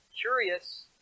Curious